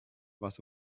was